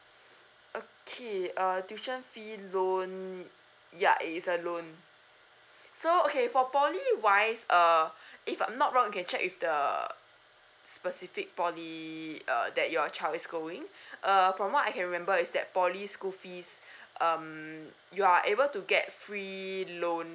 okay uh tuition fee loan ya it is a loan so okay for poly wise uh if I'm not wrong you can check with the specific poly uh that your child is going uh from what I can remember is that poly school fees um you are able to get free loan